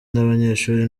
n’abanyeshuri